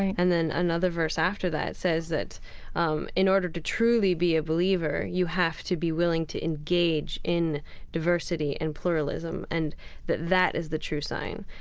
and another verse after that says that um in order to truly be a believer, you have to be willing to engage in diversity and pluralism and that that is the true sign.